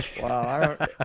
Wow